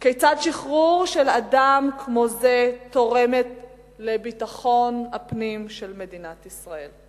כיצד שחרור של אדם כמו זה תורם לביטחון הפנים של מדינת ישראל.